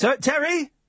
Terry